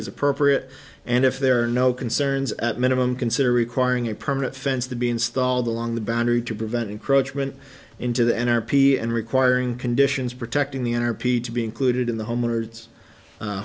is appropriate and if there are no concerns at minimum consider requiring a permit fence to be installed along the boundary to prevent encroachment into the n r p and requiring conditions protecting the owner pete to be included in the